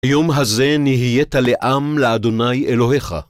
יום הזה נהיית לעם לאדוני אלוהיך.